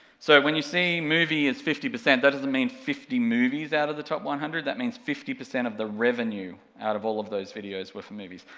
so, when you see movie is fifty, that doesn't mean fifty movies out of the top one hundred, that means fifty percent of the revenue out of all of those videos were for movies,